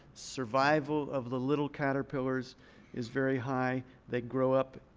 survival of the little caterpillars is very high. they grow up.